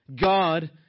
God